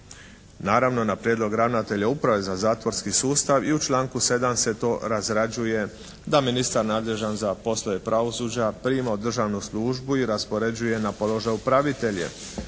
naravno na prijedlog ravnatelja uprave za zatvorski sustav i u članku 7. se to razrađuje da ministar nadležan za poslove pravosuđa prima u državnu službu i raspoređuje na položaj upravitelje,